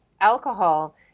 Alcohol